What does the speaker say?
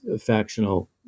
factional